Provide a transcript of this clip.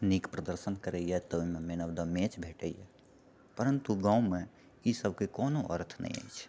नीक प्रदर्शन करैए तऽ ओहिमे मैन ऑफ द मेच भेटैए परन्तु गाँवमे ई सभके कोनो अर्थ नहि अछि